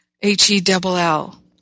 H-E-double-L